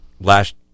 last